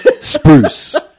spruce